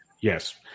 Yes